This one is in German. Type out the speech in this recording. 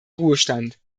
ruhestand